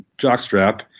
jockstrap